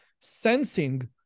sensing